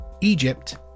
Egypt